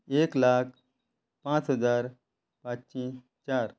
एक लाख पांच हजार पांचशी चार